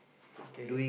okay